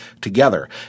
together